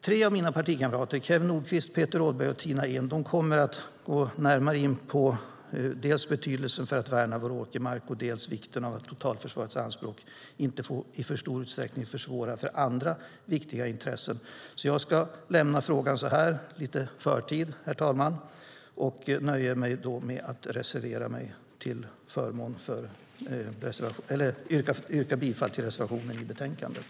Tre av mina partikamrater - Kew Nordqvist, Peter Rådberg och Tina Ehn - kommer att gå närmare in på dels betydelsen av att värna åkermarken, dels vikten av att totalförsvarets anspråk inte i för stor utsträckning försvårar för andra viktiga intressen. Jag ska alltså lämna frågan lite i förtid, herr talman, och nöja mig med att yrka bifall till reservationen i betänkandet.